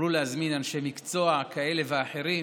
תוכלו להזמין אנשי מקצוע כאלה ואחרים